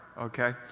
okay